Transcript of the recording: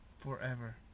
Forever